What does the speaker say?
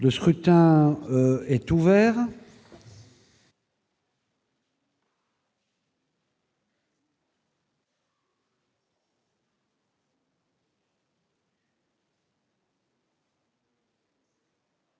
Le scrutin est ouvert.